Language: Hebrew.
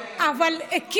אבל, אבל